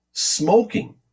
smoking